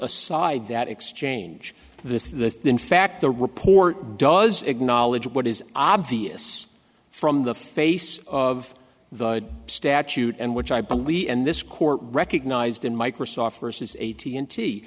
aside that exchange this that in fact the report does acknowledge what is obvious from the face of the statute and which i believe and this court recognized in microsoft versus a t